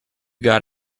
got